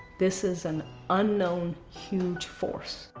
this is an unknown, huge force.